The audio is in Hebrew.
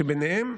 ובהם,